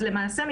אז למעשה,